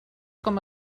com